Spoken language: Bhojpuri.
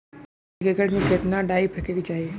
एक एकड़ में कितना डाई फेके के चाही?